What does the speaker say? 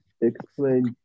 explain